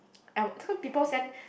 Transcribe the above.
I so people send